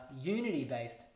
unity-based